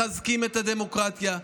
מחזקים את הדמוקרטיה.